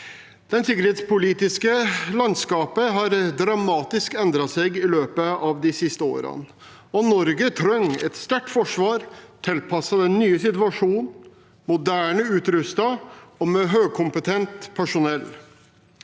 Det sikkerhetspolitiske landskapet har dramatisk endret seg i løpet av de siste årene, og Norge trenger et sterkt forsvar tilpasset den nye situasjonen, moderne utrustet og med høykompetent personell.